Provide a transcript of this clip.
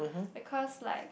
because like